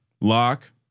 lock